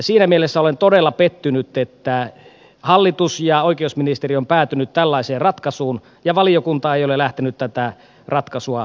siinä mielessä olen todella pettynyt että hallitus ja oikeusministeriö ovat päätyneet tällaiseen ratkaisuun ja valiokunta ei ole lähtenyt tätä ratkaisua oikaisemaan